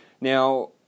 Now